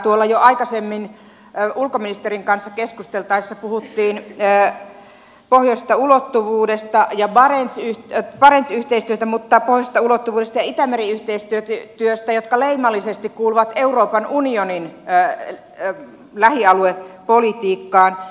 tuolla jo aikaisemmin ulkoministerin kanssa keskusteltaessa puhuttiin pohjoisesta ulottuvuudesta ja barents yhteistyöstä mutta pohjoisesta ulottuvuudesta ja itämeri yhteistyöstä jotka leimallisesti kuuluvat euroopan unionin lähialuepolitiikkaan kysyisin teiltä